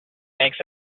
makes